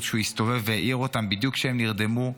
כשהוא הסתובב והעיר אותם בדיוק כשהם נרדמו,